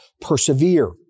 Persevere